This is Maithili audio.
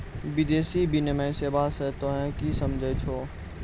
विदेशी विनिमय सेवा स तोहें कि समझै छौ